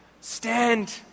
Stand